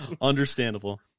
Understandable